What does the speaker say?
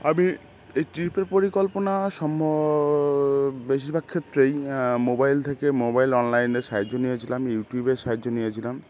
আমি এই ট্রিপের পরিকল্পনা সম্ভ বেশিরভাগ ক্ষেত্রেই মোবাইল থেকে মোবাইল অনলাইনে সাহায্য নিয়েছিলাম ইউটিউবে সাহায্য নিয়েছিলাম